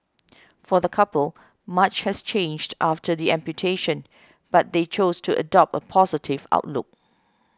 for the couple much has changed after the amputation but they choose to adopt a positive outlook